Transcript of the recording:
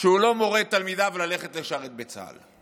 שהוא לא מורה לתלמידו ללכת לשרת בצה"ל,